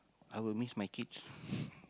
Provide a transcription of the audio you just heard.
I will miss my kids